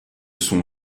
sont